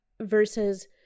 Versus